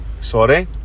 Sorry